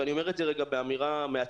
ואני אומר את זה באמירה מהצד,